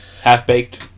Half-baked